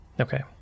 Okay